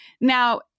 Now